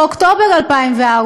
באוקטובר 2004,